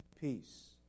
peace